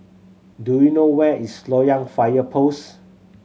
do you know where is Loyang Fire Post